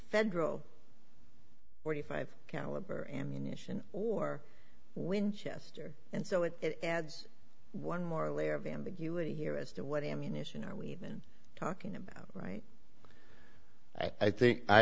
federal forty five caliber ammunition or winchester and so it adds one more layer of ambiguity here as to what ammunition or we've been talking about right i think i